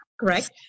correct